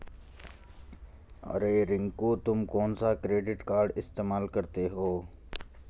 रिंकू तुम कौन सा क्रेडिट कार्ड इस्तमाल करते हो?